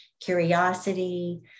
curiosity